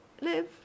live